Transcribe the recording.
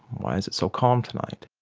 why is it so calm tonight?